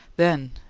then,